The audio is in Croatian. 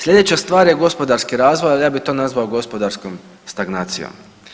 Sljedeća stvar je gospodarski razvoj, ali ja bih to nazvao gospodarskom stagnacijom.